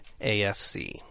AFC